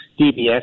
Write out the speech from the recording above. DBS